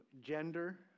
gender